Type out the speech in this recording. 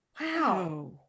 Wow